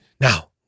now